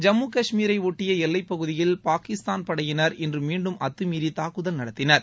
ஜம்மு கஷ்மீரை ஒட்டிய எல்லைப்பகுதியில் பாகிஸ்தான் படையினர் இன்று மீன்டும் அத்தமீறி தாக்குதல் நடத்தினர்